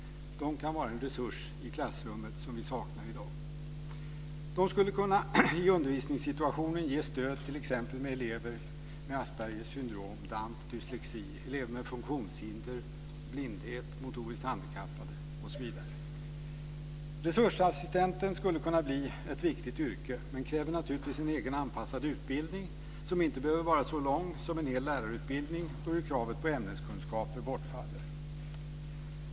De kan vara en resurs i klassrummet som vi saknar i dag. De skulle i undervisningssituationen kunna ge stöd t.ex. till elever med Aspbergers syndrom, damp, dyslexi, funktionshinder, blindhet, motoriskt handikapp osv. Resursassistenten skulle kunna bli ett viktigt yrke, men kräver naturligtvis en egen anpassad utbildning som inte behöver vara så lång som en hel lärarutbildning då ju kravet på ämneskunskaper bortfaller.